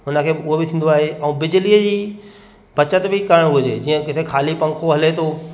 हुनखे उहो बि थींदो आहे ऐं बिजलीअ जी बचति बि करणु हुजे जीअं किथे खाली पंखो हले थो